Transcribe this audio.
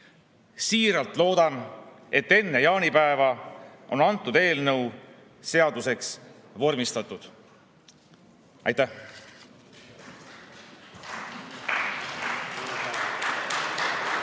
Siiralt loodan, et enne jaanipäeva on eelnõu seaduseks vormistatud. Aitäh!